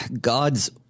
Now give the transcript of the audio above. God's